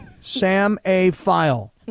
Sam-a-file